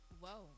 whoa